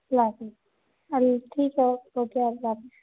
اللہ حافظ اور ٹھیک ہے اوکے اللہ حافظ